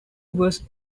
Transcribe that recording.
was